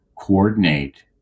coordinate